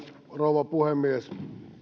rouva puhemies